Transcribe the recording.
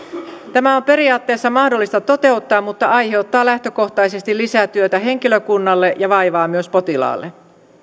tämä on periaatteessa mahdollista toteuttaa mutta aiheuttaa lähtökohtaisesti lisää työtä henkilökunnalle ja vaivaa myös potilaalle